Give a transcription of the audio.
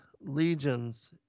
legions